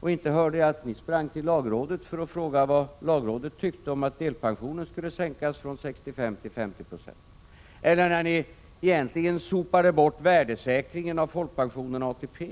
Och inte hörde jag att ni sprang till lagrådet för att fråga vad lagrådet tyckte om att delpensionen skulle sänkas från 65 till 50 96, eller när ni egentligen sopade bort värdesäkringen av folkpensionerna och ATP.